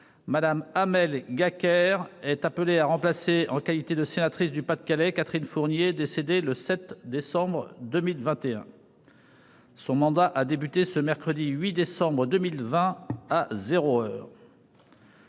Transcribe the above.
Mme Amel Gacquerre est appelée à remplacer, en qualité de sénatrice du Pas-de-Calais, Catherine Fournier, décédée le 7 décembre 2021. Son mandat a débuté le mercredi 8 décembre 2021, à zéro heure.